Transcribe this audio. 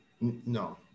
No